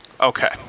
Okay